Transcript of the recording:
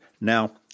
Now